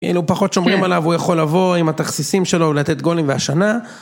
אילו פחות שומרים עליו הוא יכול לבוא עם התכסיסים שלו ולתת גולים והשנה.